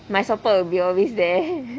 my support will be always there